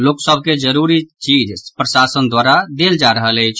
लोकसभ के जरूरी चीज प्रशासन द्वारा देल जा रहल अछि